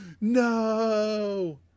no